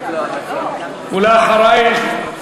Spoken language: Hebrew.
ואחרייך,